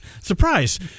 Surprise